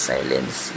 Silence